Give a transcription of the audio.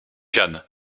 xian